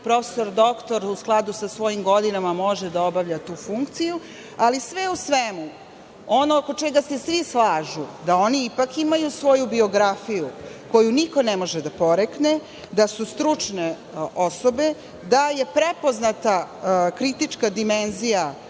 prof. dr u skladu sa svojim godinama može da obavlja svoju funkciju. Sve u svemu, ono oko čega se svi slažu jeste da oni ipak imaju svoju biografiju koju niko ne može da porekne, da su stručne osobe, da je prepoznata kritička dimenzija